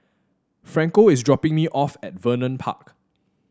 Franco is dropping me off at Vernon Park